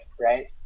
right